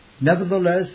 Nevertheless